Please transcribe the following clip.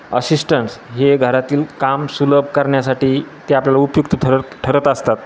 assistants हे घरातील काम सुलभ करण्यासाठी ते आपल्याला उपयुक्त ठरत ठरत असतात